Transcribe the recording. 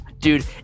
dude